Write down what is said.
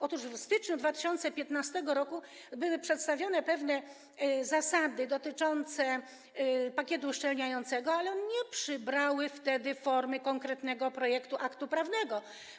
Otóż w styczniu 2015 r. były przedstawione pewne zasady dotyczące pakietu uszczelniającego, ale one nie przybrały wtedy formy konkretnego projektu aktu prawnego.